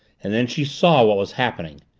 and then she saw what was happening.